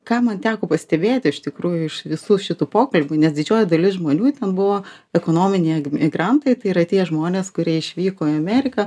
ką man teko pastebėti iš tikrųjų iš visų šitų pokalbių nes didžioji dalis žmonių ten buvo ekonominiai migrantai tai yra tie žmonės kurie išvyko į ameriką